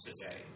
today